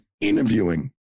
interviewing